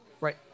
Right